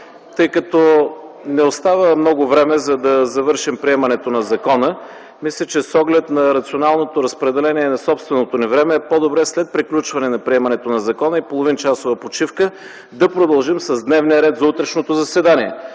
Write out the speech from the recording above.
Тъй като не остана много време, за да завършим приемането на закона, мисля, че с оглед на рационалното разпределение на собственото ни време е по-добре след приключването на приемането на закона и половинчасова почивка да продължим с дневния ред за утрешното заседание.